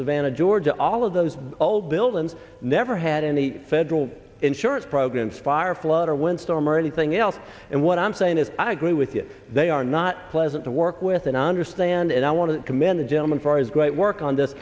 savannah georgia all of those old buildings never had any federal insurance programs fire flood or wind storm or anything else and what i'm saying is i agree with you they are not pleasant to work with and i understand and i want to commend the gentleman for is great work on this